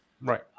right